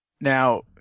Now